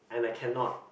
and I cannot